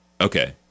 Okay